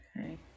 Okay